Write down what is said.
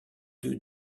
deux